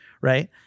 right